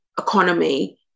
economy